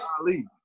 Ali